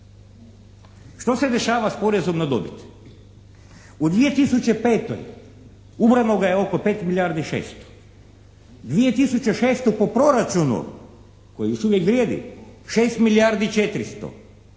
što se dešava s porezom na dobit? U 2005. ubrano je oko 5 milijardi 600. 2006. po proračunu koji još uvijek vrijedi 6 milijardi 400,